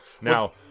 Now